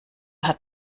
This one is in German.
hat